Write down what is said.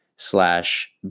Slash